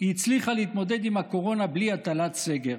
היא הצליחה להתמודד עם הקורונה בלי הטלת סגר,